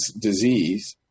disease